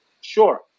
Sure